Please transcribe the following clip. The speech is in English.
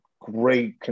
great